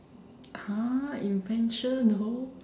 !huh! invention though